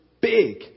big